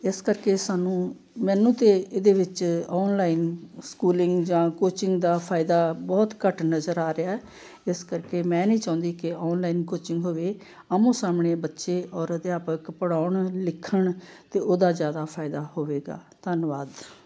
ਇਸ ਕਰਕੇ ਸਾਨੂੰ ਮੈਨੂੰ ਤਾਂ ਇਹਦੇ ਵਿੱਚ ਔਨਲਾਈਨ ਸਕੂਲਿੰਗ ਜਾਂ ਕੋਚਿੰਗ ਦਾ ਫਾਇਦਾ ਬਹੁਤ ਘੱਟ ਨਜ਼ਰ ਆ ਰਿਹਾ ਇਸ ਕਰਕੇ ਮੈਂ ਨਹੀਂ ਚਾਹੁੰਦੀ ਕਿ ਔਨਲਾਈਨ ਕੋਚਿੰਗ ਹੋਵੇ ਆਹਮੋ ਸਾਹਮਣੇ ਬੱਚੇ ਔਰ ਅਧਿਆਪਕ ਪੜ੍ਹਾਉਣ ਲਿਖਣ ਤਾਂ ਉਹਦਾ ਜ਼ਿਆਦਾ ਫਾਇਦਾ ਹੋਵੇਗਾ ਧੰਨਵਾਦ